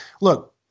look